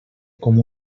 com